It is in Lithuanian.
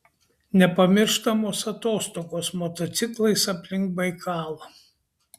nepamirštamos atostogos motociklais aplink baikalą